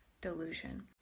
delusion